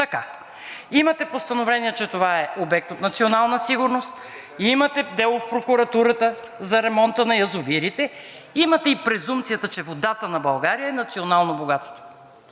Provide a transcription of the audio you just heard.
Имате постановление, че това е обект от национална сигурност, имате дело в прокуратурата за ремонта на язовирите, имате и презумпцията, че водата на България е национално богатство.